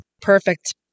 Perfect